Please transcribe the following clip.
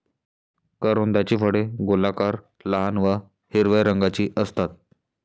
करोंदाची फळे गोलाकार, लहान व हिरव्या रंगाची असतात